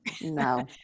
No